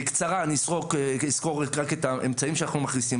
בקצרה אני אסקור רק את האמצעים שאנחנו מכניסים.